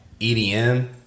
EDM